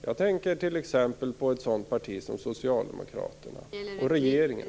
Jag tänker t.ex. på ett parti som Socialdemokraterna eller regeringen.